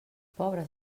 pobres